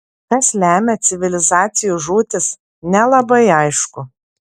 kas lemia civilizacijų žūtis nelabai aišku